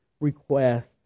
Request